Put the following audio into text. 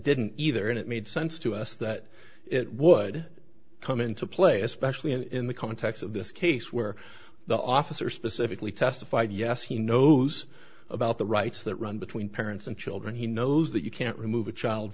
didn't either and it made sense to us that it would come into play especially in the context of this case where the officer specifically testified yes he knows about the rights that run between parents and children he knows that you can't remove a child